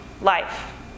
life